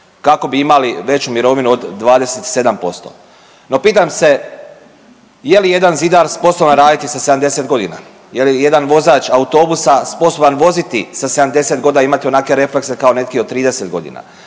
kako bi imali veću mirovinu od 27%. No, pitam se je li jedan zidar sposoban raditi sa 70 godina? Je li jedan vozač autobusa sposoban voziti sa 70 godina, imati onakve reflekse kao neki od 30 godina?